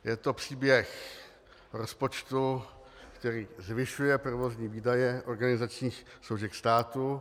Je to příběh rozpočtu, který zvyšuje provozní výdaje organizačních složek státu.